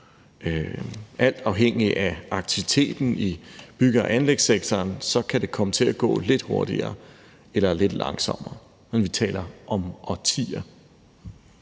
Alt afhængigt af aktiviteten i bygge- og anlægssektoren kan det komme til at gå lidt hurtigere eller lidt langsommere, men vi taler om årtier.